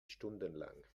stundenlang